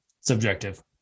Subjective